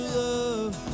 love